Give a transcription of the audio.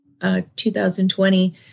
2020